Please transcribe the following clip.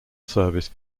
service